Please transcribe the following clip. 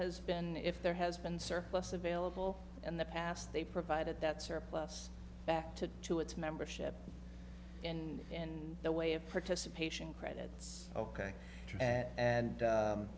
has been if there has been surplus available in the past they provided that surplus back to to its membership and in the way of participation credits ok and